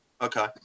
Okay